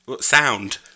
Sound